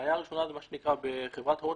בעיה אחת, חברה כמו חברת הוט